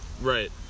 Right